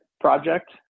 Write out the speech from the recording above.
project